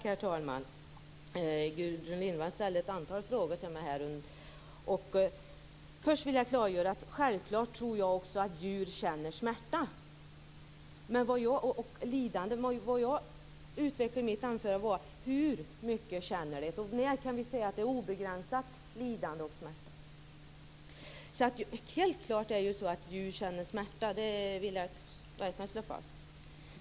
Herr talman! Gudrun Lindvall ställde ett antal frågor till mig. Först vill jag klargöra att jag självfallet också tror att djur känner smärta. Men vad jag ville utveckla i mitt anförande var frågan om hur mycket djuren känner och när man kan säga att det är fråga om ett obegränsat lidande och en obegränsad smärta. Helt klart känner djur smärta. Det vill jag verkligen slå fast.